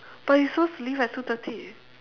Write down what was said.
but we supposed to leave at two thirty